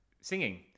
singing